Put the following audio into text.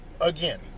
again